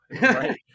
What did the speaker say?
Right